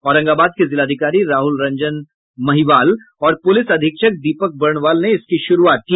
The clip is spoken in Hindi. औरंगाबाद के जिलाधिकारी राहुल रंजन महिवाल और पुलिस अधीक्षक दीपक वर्णवाल ने इसकी शुरूआत की